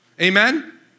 Amen